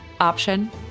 option